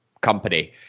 company